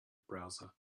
browser